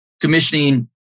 commissioning